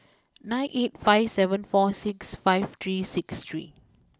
nine eight five seven four six five three six three